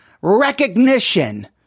recognition